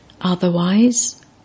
Otherwise